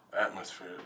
atmosphere